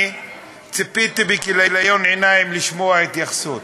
אני ציפיתי בכיליון עיניים לשמוע התייחסות,